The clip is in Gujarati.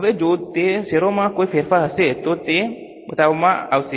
હવે જો તે શેરોમાં કોઈ ફેરફાર થશે તો તે બતાવવામાં આવશે